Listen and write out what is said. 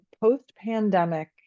post-pandemic